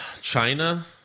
China